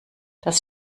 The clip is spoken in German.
dass